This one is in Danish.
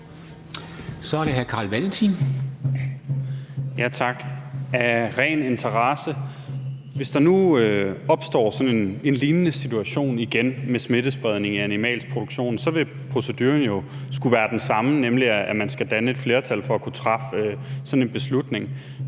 Kl. 13:38 Carl Valentin (SF): Tak. Af ren interesse: Hvis der nu opstår sådan en lignende situation igen med smittespredning i animalsk produktion, vil proceduren jo skulle være den samme, nemlig at man skal danne et flertal for at kunne træffe sådan en beslutning,